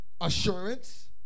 assurance